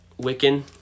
Wiccan